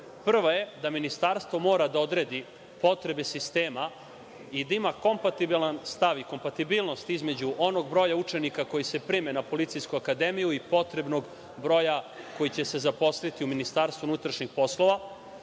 Prva je da Ministarstvo mora da odredi potrebe sistema i da ima kompatibilan stav i kompatibilnost između onog broja učenika koji se prime na Policijsku akademiju i potrebnog broja koji će se zaposliti u MUP-u. Zahtevamo